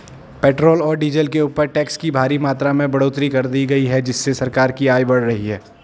petrol और diesel के ऊपर टैक्स की भारी मात्रा में बढ़ोतरी कर दी गई है जिससे सरकार की आय बढ़ रही है